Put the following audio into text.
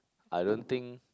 I don't think